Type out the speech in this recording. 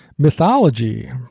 Mythology